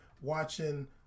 watching